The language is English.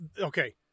Okay